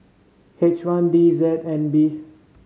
H one D Z N B